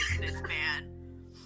businessman